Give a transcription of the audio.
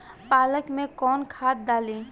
पालक में कौन खाद डाली?